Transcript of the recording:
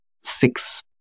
six